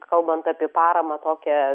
kalbant apie paramą tokią